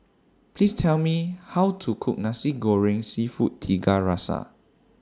Please Tell Me How to Cook Nasi Goreng Seafood Tiga Rasa